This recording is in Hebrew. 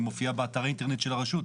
מופיעה באתר האינטרנט של הרשות.